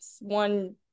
one